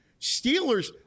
Steelers